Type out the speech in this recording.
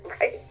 right